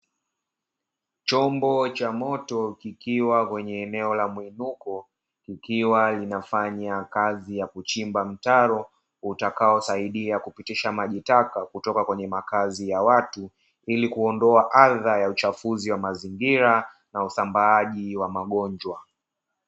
Chombo cha moto kikiwa kwenye eneo la muinuko, kikiwa kinafanya kazi ya kuchimba mtaro utakaosaidia kupitisha maji taka kutoka kwenye makazi ya watu, ili kuondoa adha ya uchafuzi wa mazingira na usambaaji wa magonjwa.